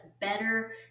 better